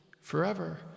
forever